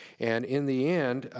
and in the end,